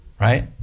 right